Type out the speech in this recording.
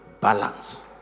Balance